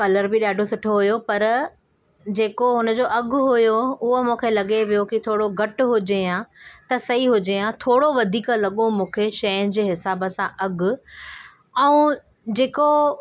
colour बि ॾाढो सुठो हुयो पर जेको उनजो अघु हुयो उहो मूंखे लॻे पियो की थोरो घटि हुजे हां त सही हुजे हां थोरो वधीक लॻो मूंखे शइ जे हिसाब सां अघु ऐं जेको